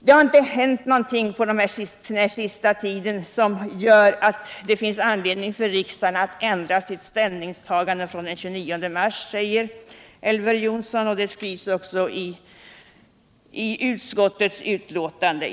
Det har inte hänt någonting på den senaste tiden som gör att det finns anledning för riksdagen att ändra sitt ställningstagande från den 29 mars, sade Elver Jonsson. och det skrivs också i utskottets betänkande.